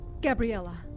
Gabriella